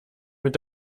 mit